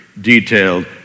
detailed